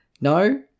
No